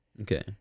Okay